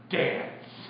dance